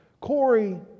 Corey